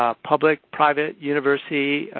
ah public, private, university,